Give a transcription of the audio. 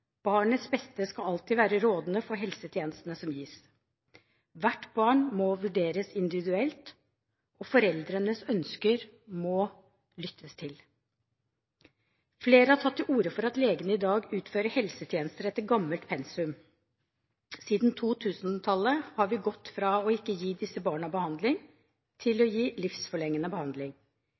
Barnets beste skal alltid være rådende for helsetjenestene som gis. Hvert barn må vurderes individuelt, og foreldrenes ønsker må lyttes til. Flere har tatt til orde for at legene i dag utfører helsetjenester etter gammelt pensum. Siden 2000-tallet har vi gått fra ikke å gi disse barna behandling til å gi livsforlengende behandling.